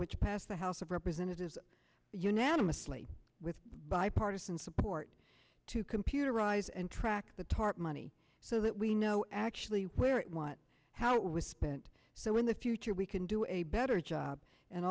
which passed the house of representatives unanimously with bipartisan support to computerize and track the tarp money so that we know actually where it what how it was spent so in the future we can do a better job and